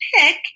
pick